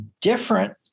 different